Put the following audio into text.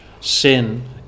sin